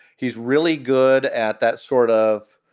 he's really good at that sort of.